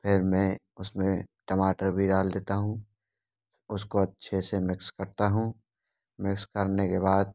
फ़िर मैं उसमें टमाटर भी डाल देता हूँ उसको अच्छे से मिक्स करता हूँ मिक्स करने के बाद